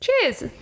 cheers